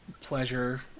pleasure